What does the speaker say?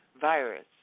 virus